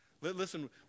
Listen